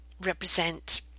represent